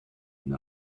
une